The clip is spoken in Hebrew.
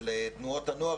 של תנועות הנוער,